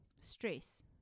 stress